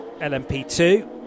LMP2